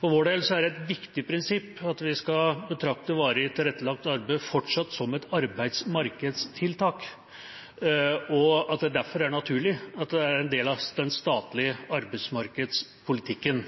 For vår del er det et viktig prinsipp at vi fortsatt skal betrakte varig tilrettelagt arbeid som et arbeidsmarkedstiltak, og at det derfor er naturlig at det er en del av den statlige arbeidsmarkedspolitikken.